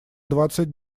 двадцать